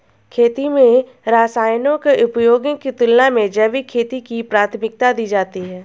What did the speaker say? खेती में रसायनों के उपयोग की तुलना में जैविक खेती को प्राथमिकता दी जाती है